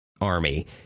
Army